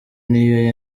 niyo